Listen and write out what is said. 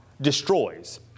destroys